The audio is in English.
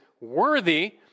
worthy